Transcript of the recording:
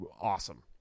Awesome